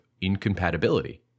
incompatibility